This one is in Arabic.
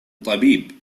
طبيب